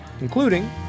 including